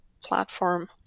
platform